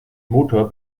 motor